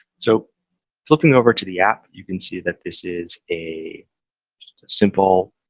so flipping over to the app, you can see that this is a simple